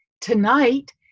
Tonight